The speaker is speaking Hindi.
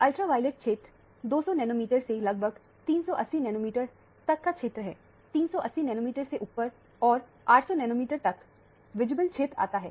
अल्ट्रावॉयलेट क्षेत्र 200 नैनोमीटर से लगभग 380 नैनोमीटरतक का क्षेत्र है 380 नैनोमीटर से ऊपर और 800 नैनोमीटर तक विजिबल क्षेत्र आता है